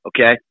Okay